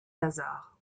lazare